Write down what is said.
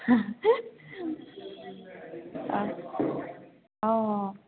অঁ অঁ